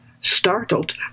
Startled